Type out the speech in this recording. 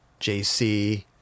JC